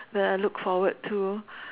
that I look forward to